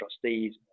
trustees